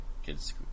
kids